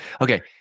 Okay